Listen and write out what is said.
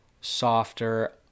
softer